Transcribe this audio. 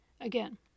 Again